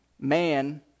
man